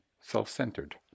self-centered